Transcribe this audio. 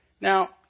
Now